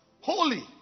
Holy